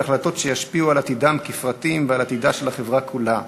החלטות שישפיעו על עתידם כפרטים ועל עתידה של החברה כולה.